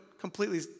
completely